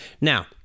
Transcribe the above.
Now